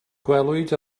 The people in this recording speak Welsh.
gwelwyd